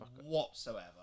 Whatsoever